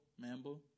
Mambo